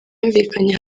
yumvikanye